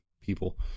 people